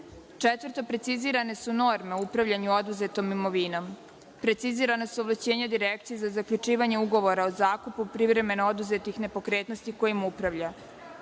član. Četvrto, precizirane su norme o upravljanju oduzetom imovinom, precizirana su ovlašćenja Direkcije za zaključivanje ugovora o zakupu privremeno oduzetih nepokretnosti kojima upravlja.